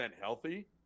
healthy